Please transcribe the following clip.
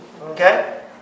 okay